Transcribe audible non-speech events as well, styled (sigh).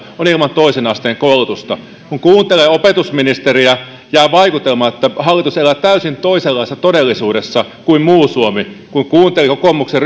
on ilman toisen asteen koulutusta kun kuuntelee opetusministeriä jää vaikutelma että hallitus elää täysin toisenlaisessa todellisuudessa kuin muu suomi kun kuunteli kokoomuksen (unintelligible)